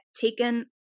taken